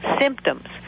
symptoms